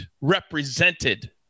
represented